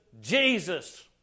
Jesus